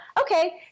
okay